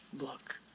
Look